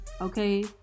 okay